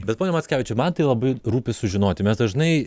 bet pone mackevičiau man tai labai rūpi sužinoti mes dažnai